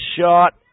shot